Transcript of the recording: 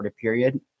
period